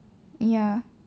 ya